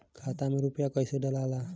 खाता में रूपया कैसे डालाला?